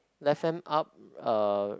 left hand up uh